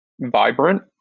vibrant